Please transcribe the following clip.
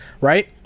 right